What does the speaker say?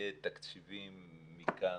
לנייד תקציבים מכאן,